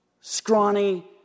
scrawny